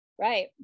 Right